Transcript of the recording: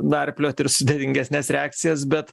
narpliot ir sudėtingesnes reakcijas bet